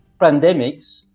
pandemics